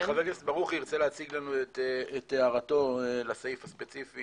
חבר הכנסת ברוכי ירצה להציג לנו את הערתו לסעיף הספציפי.